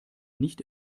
nicht